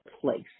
place